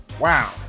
Wow